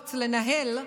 היכולות לנהל,